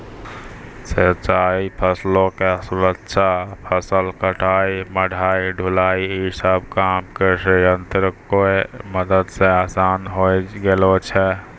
सिंचाई, फसलो के सुरक्षा, फसल कटाई, मढ़ाई, ढुलाई इ सभ काम कृषियंत्रो के मदत से असान होय गेलो छै